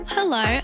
Hello